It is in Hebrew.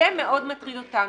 זה מאוד מטריד אותנו.